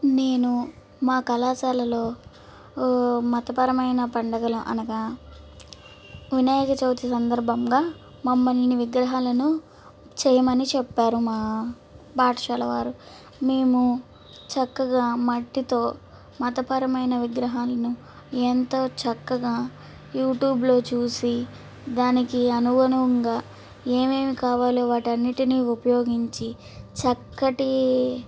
నేను మా కళాశాలలో మతపరమైన పండుగలు అనగా వినాయక చవితి సందర్భంగా మమ్మలని విగ్రహాలను చేయమని చెప్పారు మా పాఠశాల వారు మేము చక్కగా మట్టితో మతపరమైన విగ్రహాలను ఎంతో చక్కగా యూట్యూబ్లో చూసి దానికి అనుగుణంగా ఏమేమి కావాలి వాటన్నింటిని ఉపయోగించి చక్కటి